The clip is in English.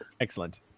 Excellent